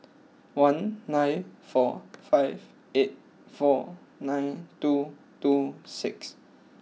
one nine four five eight four nine two two six